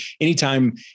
anytime